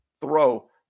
throw